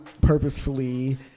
purposefully